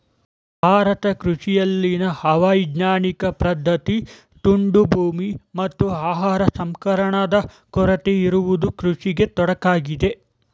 ಭಾರತ ಕೃಷಿಯಲ್ಲಿನ ಅವೈಜ್ಞಾನಿಕ ಪದ್ಧತಿ, ತುಂಡು ಭೂಮಿ, ಮತ್ತು ಆಹಾರ ಸಂಸ್ಕರಣಾದ ಕೊರತೆ ಇರುವುದು ಕೃಷಿಗೆ ತೊಡಕಾಗಿದೆ